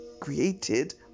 created